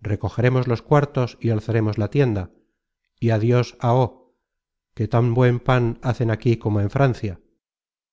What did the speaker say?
recogeremos los cuartos y alzaremos la tienda y adios aho que tan buen pan hacen aquí como en francia